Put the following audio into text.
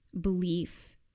belief